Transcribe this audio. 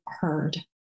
heard